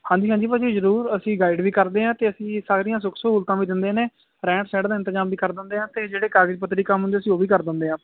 ਹਾਂਜੀ ਹਾਂਜੀ ਭਾਜੀ ਜ਼ਰੂਰ ਅਸੀਂ ਗਾਈਡ ਵੀ ਕਰਦੇ ਹਾਂ ਅਤੇ ਅਸੀਂ ਸਾਰੀਆਂ ਸੁੱਖ ਸਹੂਲਤਾਂ ਵੀ ਦਿੰਦੇ ਨੇ ਰਹਿਣ ਸਹਿਣ ਦਾ ਇੰਤਜ਼ਾਮ ਵੀ ਕਰ ਦਿੰਦੇ ਹਾਂ ਅਤੇ ਜਿਹੜੇ ਕਾਗਜ਼ ਪੱਤਰੀ ਕੰਮ ਹੁੰਦੇ ਅਸੀਂ ਉਹ ਵੀ ਕਰ ਦਿੰਦੇ ਹਾਂ